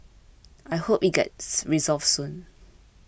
I hope it gets resolved soon